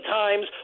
times